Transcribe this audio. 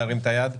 להרים את היד.